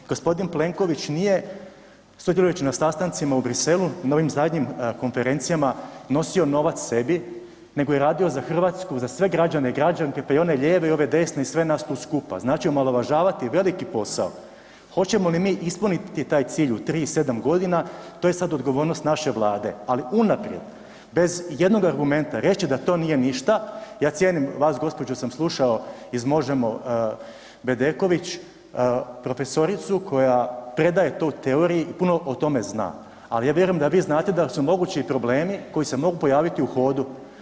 G. Plenković nije sudjelujući na sastancima u Bruxellesu na ovim zadnjim konferencijama nosio novac sebi nego je radio za Hrvatsku, za sve građane i građanke pa i one lijeve i ove desne i sve nas tu skupa, znači omalovažavati veliki posao, hoćemo li mi ispuniti taj cilj u 3 i 7 g., to je sad odgovornost naše Vlade ali unaprijed bez ijednog argumenta, reći da to nije ništa, ja cijenim vas, gospođu sam slušao iz Možemo!, Bedeković, profesoricu koja predaje to u teoriji i puno o tome zna, ali ja vjerujem da vi znate da su mogući problemi koji se mogu pojaviti u hodu.